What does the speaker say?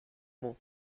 mots